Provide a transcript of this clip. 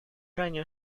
ранее